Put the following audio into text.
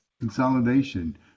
consolidation